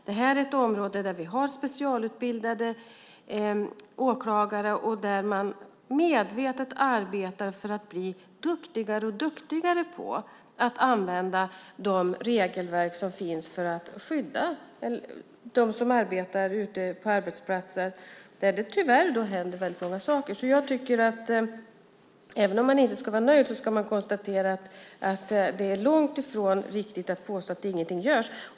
Det här är ett område där vi har specialutbildade åklagare och där man medvetet arbetar för att bli duktigare och duktigare på att använda de regelverk som finns för att skydda dem som arbetar ute på arbetsplatser där det, tyvärr, händer väldigt många saker. Även om man inte ska vara nöjd ska man konstatera att det är långt ifrån riktigt att påstå att ingenting görs.